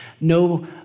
no